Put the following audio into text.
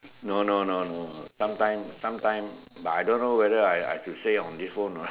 no no no no sometime sometime but I don't know whether I can say on this phone no